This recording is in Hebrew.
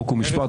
חוק ומשפט,